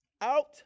Out